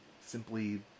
simply